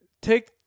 take